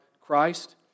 Christ